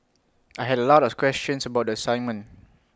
I had A lot of questions about the assignment